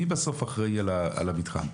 מי אחראי על המתחם?